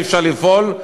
אי-אפשר לפעול,